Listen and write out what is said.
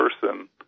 person